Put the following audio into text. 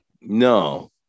No